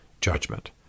judgment